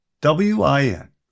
W-I-N